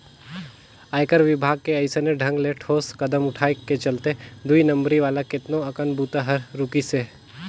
आयकर विभाग के अइसने ढंग ले ठोस कदम उठाय के चलते दुई नंबरी वाला केतनो अकन बूता हर रूकिसे